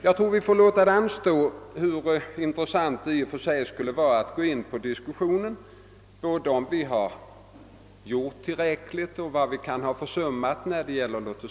Jag tror vi får låta det anstå, hur intressant det i och för sig än skulle vara, med att diskutera både om vi gjort tillräckligt och vad vi kan ha försummat när det gäller bilavgaserna.